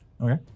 Okay